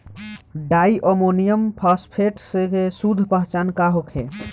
Di ammonium phosphate के शुद्ध पहचान का होखे?